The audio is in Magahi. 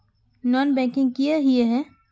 नॉन बैंकिंग किए हिये है?